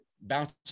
bounce